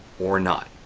or not?